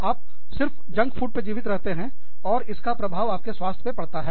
आप सिर्फ junk food पर जीवित रहते हैं और इसका प्रभाव आपके स्वास्थ्य पर पड़ता है